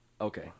Okay